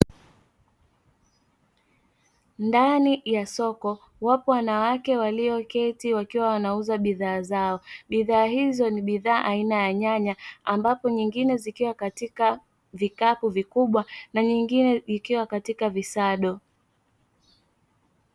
Ndani ya soko wapo wanawake walioketi wakiwa wanauza bidhaa zao, bidhaa hizo ni bidhaa aina ya nyanya, ambapo nyingine zikiwa katika vikapu vikubwa na nyingine zikiwa katika visado.